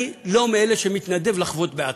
אני לא מאלה שמתנדבים לחבוט בעצמי,